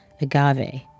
Agave